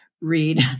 read